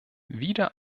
wieder